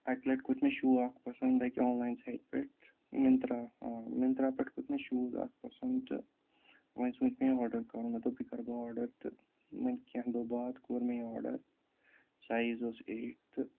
اَکہِ لَٹہِ کھوٚت مےٚ شوٗ اَکھ پَسَنٛد کہِ آن لایِن سایٹہِ پٮ۪ٹھ مِنترا آ مِنترا پٮ۪ٹھ کھوٚت مےٚ شوٗز اَکھ پَسَنٛد تہٕ وۅنۍ سونٛچ مےٚ یہِ آرڈَر کَرُن مےٚ دوٚپ یہِ کَرٕ بہٕ آرڈَر تہٕ وۅنۍ کیٚنٛہہ دۅہ بعد کوٚر مےٚ یہِ آرڈَر سایِز اوس ایٹ تہٕ